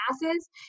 masses